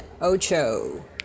ocho